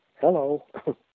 hello